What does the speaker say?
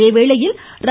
அதேவேளையில் ர